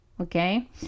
Okay